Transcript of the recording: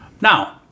Now